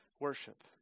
worship